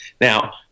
now